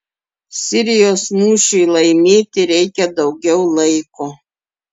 sirijos mūšiui laimėti reikia daugiau laiko